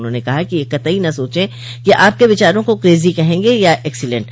उन्होंने कहा कि यह कत्तई न सोचे कि आपके विचारो को क्रेजी कहेंगे या एक्सीलेंट